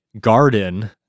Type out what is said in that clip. garden